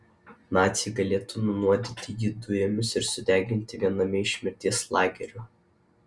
naciai galėtų nunuodyti jį dujomis ir sudeginti viename iš mirties lagerių